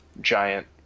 giant